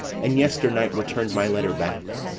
and yesternight return'd my letter back.